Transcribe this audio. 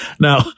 Now